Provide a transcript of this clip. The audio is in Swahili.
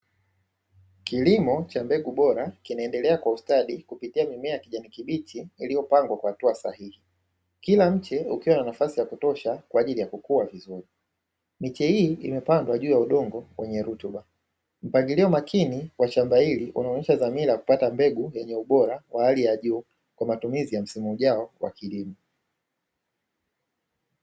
Kilimo cha mbegu bora kinaendelea kwa ustadi kupitia mimea ya kijani kibichi iliyopangwa kwa hatua sahihi. Kila mche ukiwa na nafasi ya kutosha kwajili ya kukua vizuri. Miche hii imepandwa juu ya udongo wenye rutuba. Mpangilio makini wa shamba hili unaonesha dhamira ya kupata mbegu yenye ubora ya hali ya juu, kwa matumizi ya msimu ujao wa kilimo.